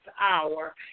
hour